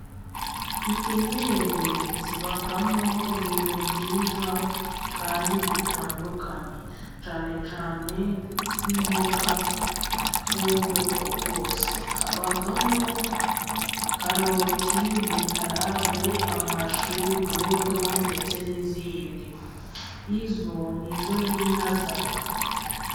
Pipinyeri zibamo ibintu byiza kandi bitandukanye, cyane cyane nk'imboga z'ubwoko bwose habamo karoti, betarave, amashu, dodo ndetse n'izindi izo ni izo binaza.